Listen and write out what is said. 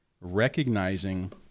recognizing